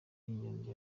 y’ingenzi